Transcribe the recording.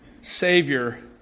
Savior